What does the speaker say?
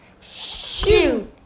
Shoot